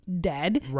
dead